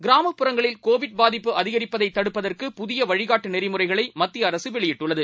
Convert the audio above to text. கிராமப்புறங்களில்கோவிட்பாதிப்புஅதிகரிப்பதைத்தடுப்பதற்குபுதியவழிகாட்டுநெ றிமுறைகளைமத்தியஅரசுவெளியிட்டுள்ளது